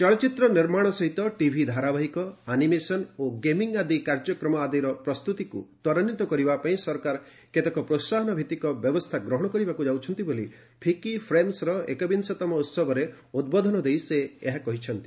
ଚଳଚ୍ଚିତ୍ର ନିର୍ମାଣ ସହିତ ଟିଭି ଧାରାବାହିକ ଆନିମେସନ୍ ଓ ଗେମିଂ ଆଦି କାର୍ଯ୍ୟକ୍ରମ ଆଦିର ପ୍ରସ୍ତୁତିକୁ ତ୍ୱରାନ୍ୱିତ କରିବା ପାଇଁ ସରକାର କେତେକ ପ୍ରୋହାହନ ଭିତ୍ତିକ ବ୍ୟବସ୍ଥା ଗ୍ରହଣ କରିବାକୁ ଯାଉଛନ୍ତି ବୋଲି ଫିକି ଫ୍ରେମ୍ବର ଏକବିଂଶତମ ଉହବରେ ଉଦ୍ବୋଧନ ଦେଇ ସେ ଏହା କହିଛନ୍ତି